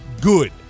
good